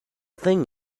thing